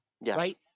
right